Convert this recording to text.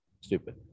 Stupid